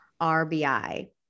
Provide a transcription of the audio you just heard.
RBI